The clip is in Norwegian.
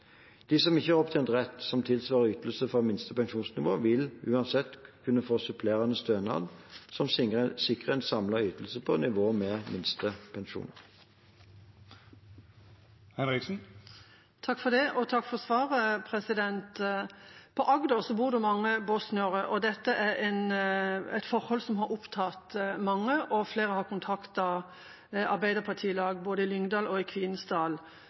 De som ikke har opptjent rett som tilsvarer ytelser fra minste pensjonsnivå, vil uansett kunne få supplerende stønad som sikrer en samlet ytelse på nivå med minste pensjon. Jeg vil takke for svaret. På Agder bor det mange bosniere. Dette er et forhold som har opptatt mange, og flere har kontaktet Arbeiderparti-lag, både i Lyngdal og i Kvinesdal.